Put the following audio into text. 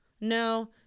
no